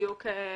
בדיוק כמוכם,